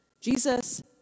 Jesus